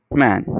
man